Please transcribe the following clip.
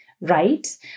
right